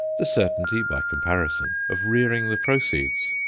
the certainty, by comparison, of rearing the proceeds,